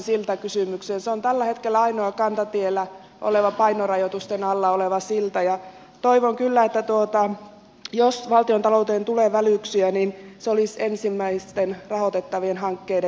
se on tällä hetkellä ainoa kantatiellä oleva painorajoitusten alainen silta ja toivon kyllä että jos valtiontalou teen tulee välyksiä niin se olisi ensimmäisten rahoitettavien hankkeiden joukossa